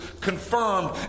confirmed